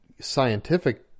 scientific